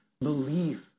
believe